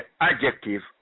adjective